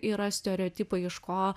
yra stereotipai iš ko